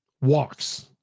walks